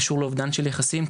קשור לאובדן של יחסים,